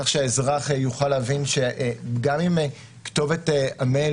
כך שהאזרח יוכל להבין שגם אם כתובת המייל